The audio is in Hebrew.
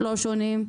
לא שונים.